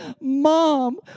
Mom